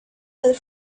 had